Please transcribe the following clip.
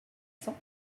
cent